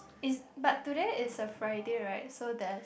is but today is a Friday right so the